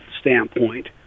standpoint